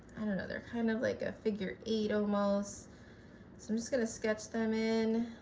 and and they're kind of like a figure eight almost so i'm just gonna sketch them in